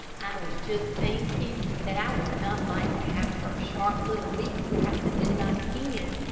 i was just thinking that i would not like to have her sharp little beak fastened in my skin,